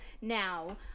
now